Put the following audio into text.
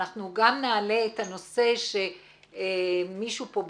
אנחנו גם נעלה את הנושא שמישהו פה ביקש,